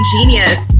Genius